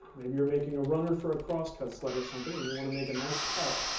maybe you're making a runner for a cross cut sled or something and you want to make a nice cut.